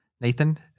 Nathan